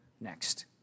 next